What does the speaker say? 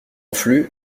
flux